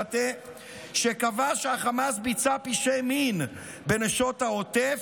שקבע שהחמאס ביצע פשעי מין בנשות העוטף,